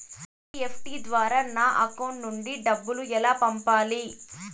NEFT ద్వారా నా account నుండి డబ్బులు ఎలా పంపాలి